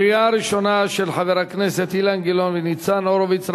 של חברי הכנסת אילן גילאון וניצן הורוביץ,